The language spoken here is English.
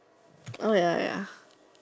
oh ya ya ya